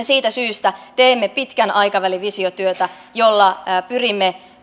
siitä syystä teemme pitkän aikavälin visiotyötä jolla pyrimme